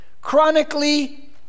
chronically